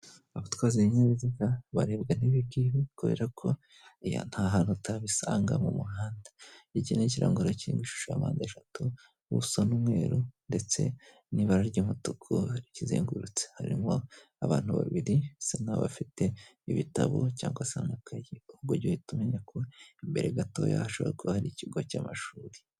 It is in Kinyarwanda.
Abatwara ibinyabiziga barebwa n'ibi ngibi kubera ko ibi nta hantu utabisanga mu muhanda. Iki ni ikirango rero kiri mu ishusho ya mpandeshatu, ubuso ni umweru ndetse n'ibara ry'umutuku rikizengurutse. Harimo abantu babiri basa n'abafite ibitabo cyangwa se amakayi ubwo rero ujye uhita umenya ko imbere gatoya hashobora kuba hari ikigo cy'amashuri.